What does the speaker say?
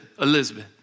Elizabeth